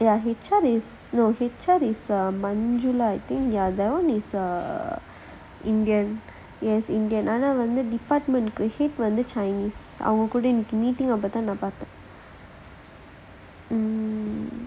ya in charges in charge is the manjula that [one] is a indian ya ஆனா வந்து:aanaa vanthu department malay chinese அவங்க கூட:avanga kooda meeting அப்ப தான் பாத்தேன்:appe thaan paathaen